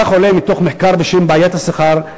כך עולה ממחקר בשם "בעיית השכר",